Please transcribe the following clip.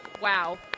wow